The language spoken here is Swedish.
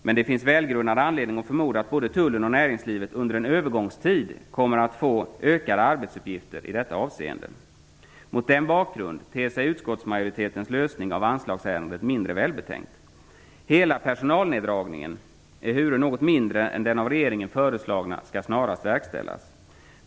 Men det finns välgrundad anledning att förmoda att både Tullen och näringslivet under en övergångstid kommer att få ökade arbetsuppgifter i detta avseende. Mot den bakgrunden ter sig utskottsmajoritetens lösning av anslagsärenden mindre välbetänkt. Hela personalneddragningen, ehuru något mindre än den av regeringen föreslagna, skall verkställas snarast.